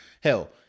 Hell